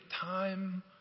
time